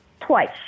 Twice